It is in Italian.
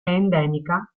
endemica